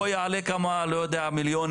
פה יעלה כמה מיליונים,